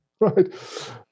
right